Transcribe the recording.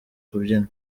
kubyina